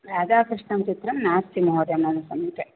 राधाकृष्णं चित्रं नास्ति महोदय मम समीपे